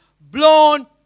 blown